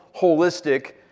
holistic